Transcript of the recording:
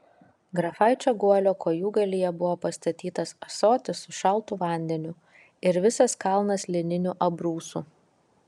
grafaičio guolio kojūgalyje buvo pastatytas ąsotis su šaltu vandeniu ir visas kalnas lininių abrūsų